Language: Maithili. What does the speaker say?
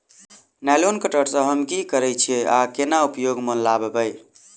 नाइलोन कटर सँ हम की करै छीयै आ केना उपयोग म लाबबै?